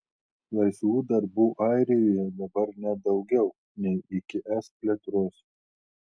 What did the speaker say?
laisvų darbų airijoje dabar net daugiau nei iki es plėtros